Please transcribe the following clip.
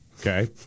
okay